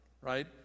right